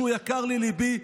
שהוא יקר לליבי.